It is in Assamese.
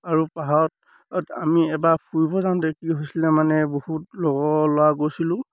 আৰু পাহাৰত আমি এবাৰ ফুৰিব যাওঁতে কি হৈছিলে মানে বহুত লগৰ ল'ৰা গৈছিলোঁ